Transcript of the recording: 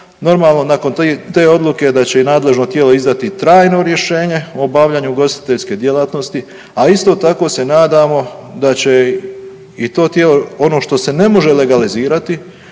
Normalno nakon te odluke da će i nadležno tijelo izdati trajno rješenje o obavljanju ugostiteljske djelatnosti, a isto tako se nadamo da će i to tijelo ono što se ne može legalizirati